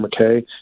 McKay